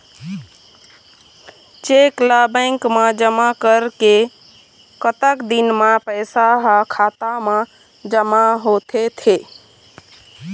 Cheque ला bank मा जमा करे के कतक दिन मा पैसा हा खाता मा जमा होथे थे?